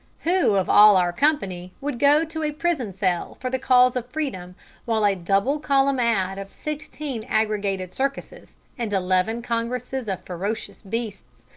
who of all our company would go to a prison-cell for the cause of freedom while a double-column ad. of sixteen aggregated circuses, and eleven congresses of ferocious beasts,